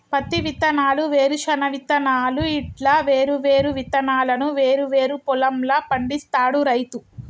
పత్తి విత్తనాలు, వేరుశన విత్తనాలు ఇట్లా వేరు వేరు విత్తనాలను వేరు వేరు పొలం ల పండిస్తాడు రైతు